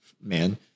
man